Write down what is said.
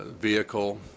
vehicle